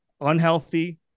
unhealthy